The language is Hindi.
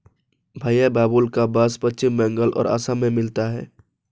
भईया बाबुल्का बास पश्चिम बंगाल और असम में मिलता है